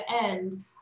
end